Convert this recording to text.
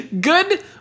good